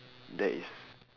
that is